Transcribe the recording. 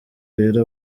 rero